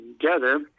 together